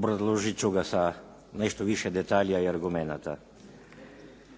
obrazložit ću ga sa nešto više detalja i argumenata.